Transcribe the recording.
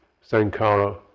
sankara